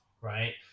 right